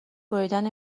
بریدن